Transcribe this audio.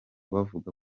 bavuga